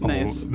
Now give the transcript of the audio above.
Nice